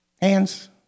Hands